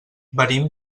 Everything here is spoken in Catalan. venim